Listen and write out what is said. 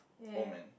old man